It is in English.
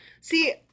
see